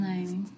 Name